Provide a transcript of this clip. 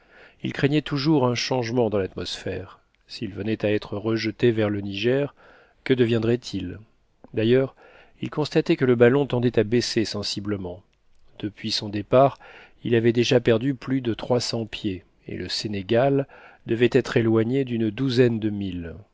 il craignait toujours un changement dans l'atmosphère s'il venait à être rejeté vers le niger que deviendrait-il d'ailleurs il constatait que le ballon tendait à baisser sensiblement depuis son départ il avait déjà perdu plus de trois cents pieds et le sénégal devait être éloigné d'une douzaine de milles